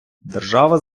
держава